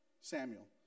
Samuel